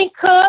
cook